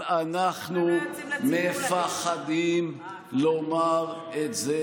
אבל אנחנו מפחדים לומר את זה